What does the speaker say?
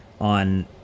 on